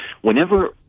Whenever